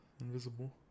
invisible